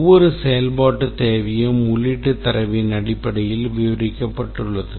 ஒவ்வொரு செயல்பாட்டுத் தேவையும் உள்ளீட்டுத் தரவின் அடிப்படையில் விவரிக்கப்பட்டுள்ளது